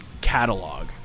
catalog